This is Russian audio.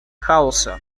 хаоса